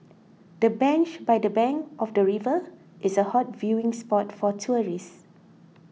the bench by the bank of the river is a hot viewing spot for tourists